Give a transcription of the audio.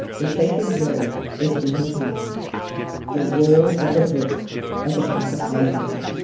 the sacred roll is in his hand the roll of the book of the prophet isaiah.